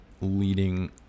leading